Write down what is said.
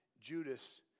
Judas